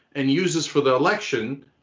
and use this for the election,